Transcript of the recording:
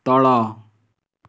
ତଳ